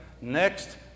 next